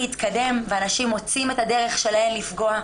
התקדם ואנשים מוצאים את הדרך שלהם לפגוע.